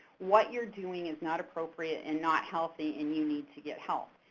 what you're doing is not appropriate and not healthy and you need to get help.